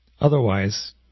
Otherwise